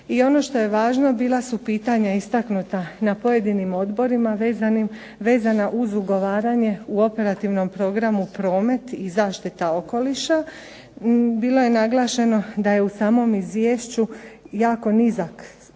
i ono što je važno bila su pitanja istaknuta na pojedinim odborima vezana uz ugovaranje u operativnom programu promet i zaštita okoliša, bilo je naglašeno da je u samom izvješću jako nizak